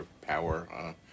power